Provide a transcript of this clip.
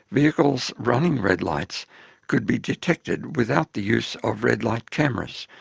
vehicles running red lights could be detected without the use of red light cameras,